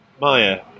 Maya